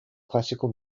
classical